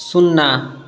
शुन्ना